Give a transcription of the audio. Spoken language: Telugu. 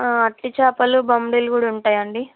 అట్టి చేపలు బొమ్మడాయిలు కూడా ఉంటాయండి